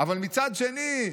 אבל מצד שני,